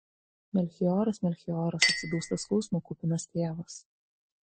melchioras melchioras atsidūsta skausmo kupinas tėvas